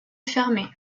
fermé